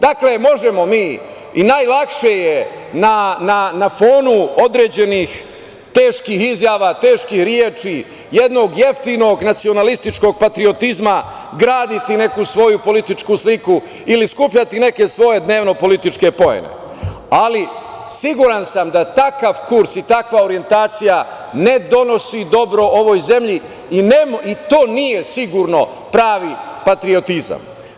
Dakle, možemo mi i najlakše je na fonu određenih teških izjava, teških reči jednog jeftinog nacionalističkog patriotizma graditi neku svoju političku sliku ili skupljati neke svoje dnevno-političke poene, ali siguran sam da takav kurs i takva orijentacija ne donosi dobro ovoj zemlji i to nije sigurno pravi patriotizam.